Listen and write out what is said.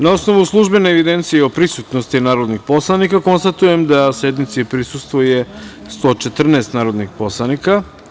Na osnovu službene evidencije o prisutnosti narodnih poslanika, konstatujem da sednici prisustvuje 114 narodnih poslanika.